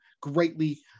greatly